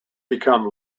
become